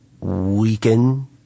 weaken